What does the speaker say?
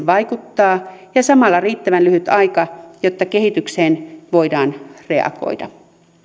vaikuttaa ja samalla riittävän lyhyt aika jotta kehitykseen voidaan reagoida